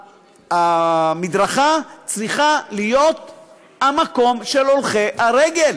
המדרכה צריכה להיות המקום של הולכי הרגל,